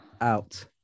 Out